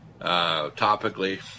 topically